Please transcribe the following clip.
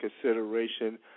consideration